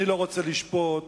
אני לא רוצה לשפוט